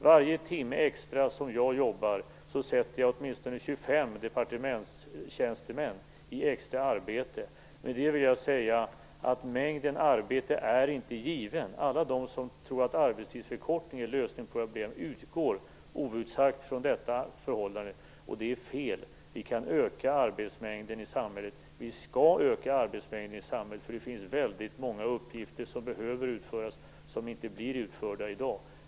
Varje extra timme som jag jobbar sätter jag åtminstone 25 departementstjänstemän i extra arbete. Med det vill jag säga att mängden arbete inte är given. Alla de som tror att arbetstidsförkortning är lösningen på det här problemet utgår outsagt från detta antagande, och det är fel. Vi kan och skall öka arbetsmängden i samhället, för det finns väldigt många uppgifter som behöver utföras som inte blir utförda i dag.